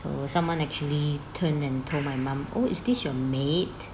so someone actually turned and told my mum oh is this your maid